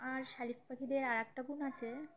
আর শালিক পাখিদের আর একটা গুন আছে